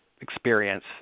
experience